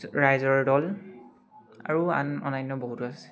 ৰাইজৰ দল আৰু আন অন্যান্য বহুত আছে